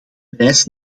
prijs